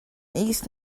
east